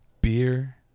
Beer